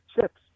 chips